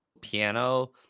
piano